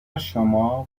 شما